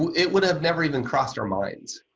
it would have never even crossed our minds,